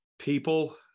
people